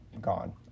gone